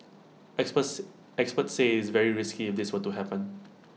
experts say experts say it's very risky if this were to happen